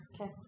Okay